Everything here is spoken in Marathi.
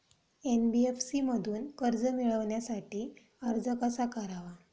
एन.बी.एफ.सी मधून कर्ज मिळवण्यासाठी अर्ज कसा करावा?